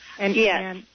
Yes